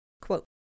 Quote